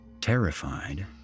Terrified